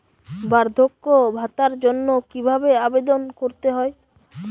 বার্ধক্য ভাতার জন্য কিভাবে আবেদন করতে হয়?